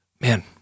man